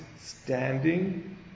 standing